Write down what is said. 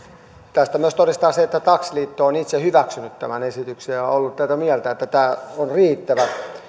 tästä todistaa myös se että taksiliitto on itse hyväksynyt tämän esityksen ja ollut sitä mieltä että tämä on riittävä